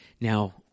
Now